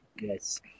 Yes